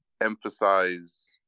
emphasize